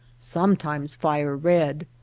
sometimes fire red.